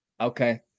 okay